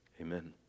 Amen